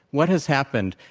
what has happened?